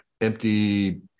empty